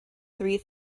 three